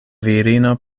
virino